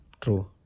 True